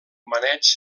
maneig